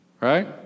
Right